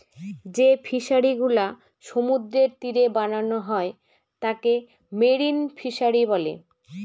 যে ফিশারিগুলা সমুদ্রের তীরে বানানো হয় তাকে মেরিন ফিশারী বলে